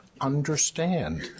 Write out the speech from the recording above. understand